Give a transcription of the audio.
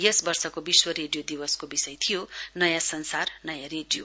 यस वर्षको विश्व रोडियो दिवसको विषय छ नयाँ संसार नयाँ रेडियो